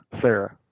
Sarah